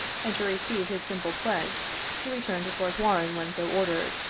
and to receive his simple pledge to return to fort warren when so ordered,